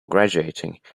graduating